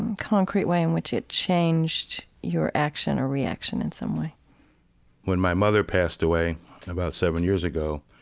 concrete way in which it changed your action or reaction in some way when my mother passed away about seven years ago,